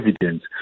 evidence